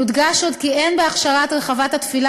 יודגש עוד כי אין בהכשרת רחבת התפילה